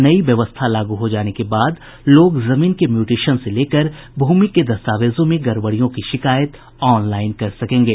नई व्यवस्था लागू हो जाने के बाद लोग जमीन के म्यूटेशन से लेकर भूमि के दस्तावेजों में गड़बड़ियों की शिकायत ऑनलाईन कर सकेंगे